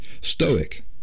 stoic